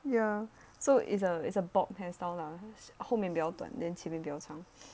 ya so it's a it's a bob hair style lah 后面比较短 then 前面比较长